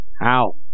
How